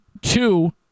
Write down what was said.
two